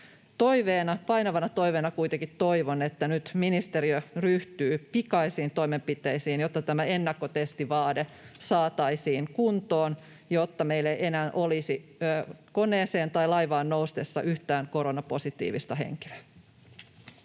painavana toiveena, kuitenkin toivon, että nyt ministeriö ryhtyy pikaisiin toimenpiteisiin, jotta tämä ennakkotestivaade saataisiin kuntoon, jotta meillä ei enää olisi koneeseen tai laivaan noustessa yhtään koronapositiivista henkilöä.